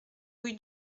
rue